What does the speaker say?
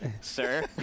sir